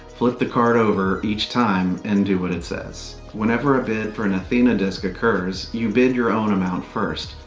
flip the card over each time and do what it says. whenever a bid for an athena disc occurs, you bid your own amount first.